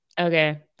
Okay